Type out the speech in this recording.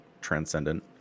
transcendent